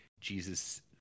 Jesus